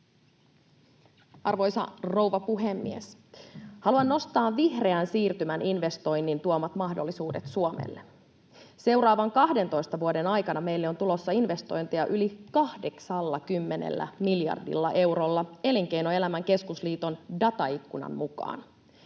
Arvoisa rouva puhemies! Haluan nostaa vihreän siirtymän investointien tuomat mahdollisuudet Suomelle. Seuraavan 12 vuoden aikana meille on tulossa investointeja yli 80 miljardilla eurolla Elinkeinoelämän keskusliiton dataikkunan mukaan.